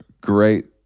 great